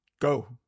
go